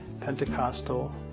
Pentecostal